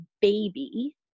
baby